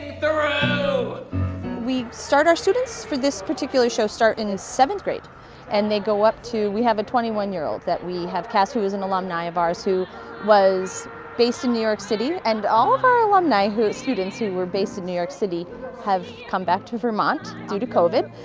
through we start our students for this particular show start in seventh grade and they go up to. we have a twenty one year old that we have cast who is an alumni of ours who was based in new york city and all of our alumni students who were based in new york city have come back to vermont due to covid.